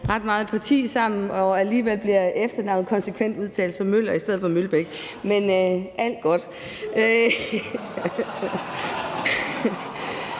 vi er i parti sammen, og alligevel bliver mit efternavn konsekvent udtalt som »Møller« i stedet for »Mølbæk«, men alt er godt.